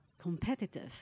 competitive